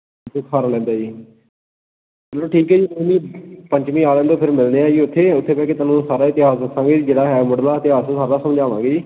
ਦੁੱਖ ਹਰ ਲੈਂਦਾ ਜੀ ਚਲੋ ਠੀਕ ਹੈ ਜੀ ਕੋਈ ਨਹੀਂ ਪੰਚਮੀ ਆ ਲੈਣ ਦਿਓ ਫਿਰ ਮਿਲਦੇ ਹਾਂ ਜੀ ਉੱਥੇ ਉੱਥੇ ਬਹਿ ਕੇ ਤੁਹਾਨੂੰ ਸਾਰਾ ਇਤਿਹਾਸ ਦੱਸਾਂਗੇ ਜਿਹੜਾ ਹੈ ਮੁੱਢਲਾ ਇਤਿਹਾਸ ਸਾਰਾ ਸਮਝਾਵਾਂਗੇ ਜੀ